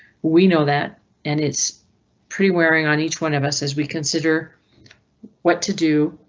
we know that an it's pretty wearing on each one of us as we consider what to do.